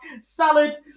Salad